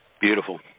Beautiful